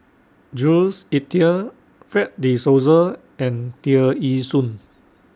Jules Itier Fred De Souza and Tear Ee Soon